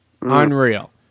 Unreal